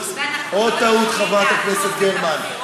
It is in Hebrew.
עוד טעות, חברת הכנסת גרמן.